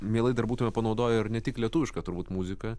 mielai dar būtume panaudoję ir ne tik lietuvišką turbūt muziką